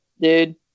dude